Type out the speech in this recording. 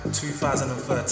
2013